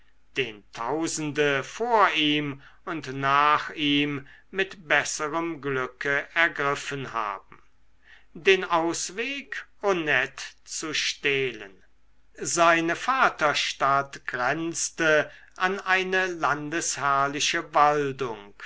den tausende vor ihm und nach ihm mit besserem glücke ergriffen haben den ausweg honett zu stehlen seine vaterstadt grenzte an eine landesherrliche waldung